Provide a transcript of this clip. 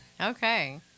Okay